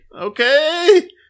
Okay